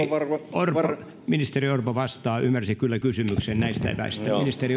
ministeri orpo vastaa ymmärsi kyllä kysymyksen näistä eväistä